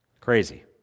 Crazy